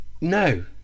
No